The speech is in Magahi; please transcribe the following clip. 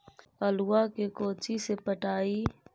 आलुआ के कोचि से पटाइए?